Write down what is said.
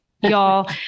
Y'all